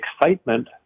excitement